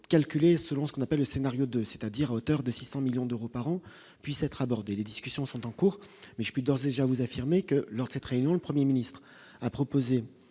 calculé selon ce qu'on appelle le scénario de c'est-à-dire à hauteur de 600 millions d'euros par an, puissent être abordées les discussions sont en cours mais je puis d'ores et déjà vous affirmer que lors de cette réunion, le 1er ministre a proposé